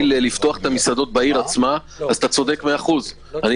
לפתוח את המסעדות בעיר עצמה אתה צודק 100%. אבל אני